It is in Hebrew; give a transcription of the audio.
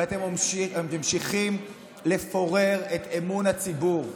ואתם ממשיכים לפורר את אמון הציבור.